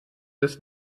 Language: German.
des